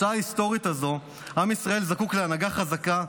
בשעה ההיסטורית הזו עם ישראל זקוק להנהגה חזקה,